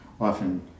often